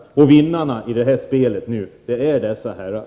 Och vinnarna i detta spel är dessa herrar.